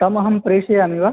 तम् अहं प्रेषयामि वा